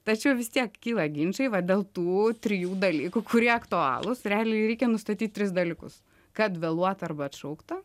tačiau vis tiek kyla ginčai dėl tų trijų dalykų kurie aktualūs realiai reikia nustatyt tris dalykus kad vėluota arba atšaukta